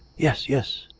yes yes.